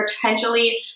potentially